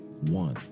one